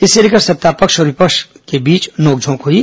इसे लेकर सत्तापक्ष और विपक्ष के बीच में नोकझोंक हुई